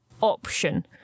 option